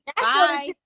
Bye